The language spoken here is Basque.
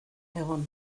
egon